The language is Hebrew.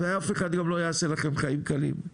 ואף אחד גם לא יעשה לכם חיים קלים.